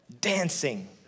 dancing